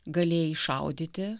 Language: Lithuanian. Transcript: galėjai šaudyti